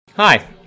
Hi